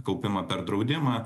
kaupimą per draudimą